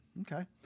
okay